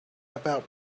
about